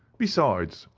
besides,